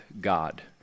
God